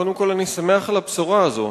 קודם כול, אני שמח על הבשורה הזאת.